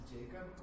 Jacob